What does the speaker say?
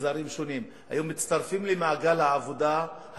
במגזרים שונים היו מצטרפים למעגל העבודה,